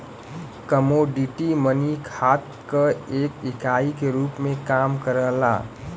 commodity money खात क एक इकाई के रूप में काम करला